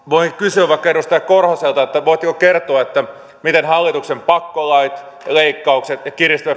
voi kysyä vaikka edustaja korhoselta voitteko kertoa miten hallituksen pakkolait leikkaukset ja kiristävä